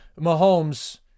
Mahomes